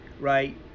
right